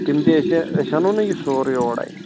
تِم تہِ اَسہِ أسۍ اَنو نہ یہِ سورُے اورَے